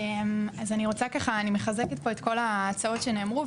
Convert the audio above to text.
אני מחזקת פה את כל ההצעות שנאמרו,